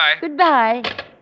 Goodbye